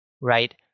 right